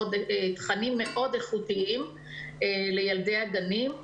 עם תכנים מאוד איכותיים לילדי הגנים,